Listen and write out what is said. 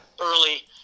early